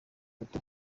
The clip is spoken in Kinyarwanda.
foto